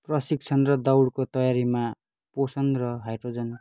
प्रशिक्षण र दौडको तयारीमा पोषण र हाइड्रोजन